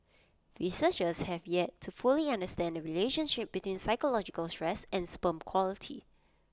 researchers have yet to fully understand the relationship between psychological stress and sperm quality